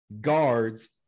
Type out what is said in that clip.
guards